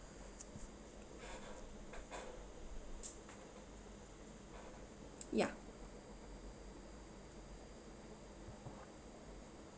ya